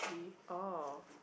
oh